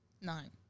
nine